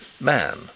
man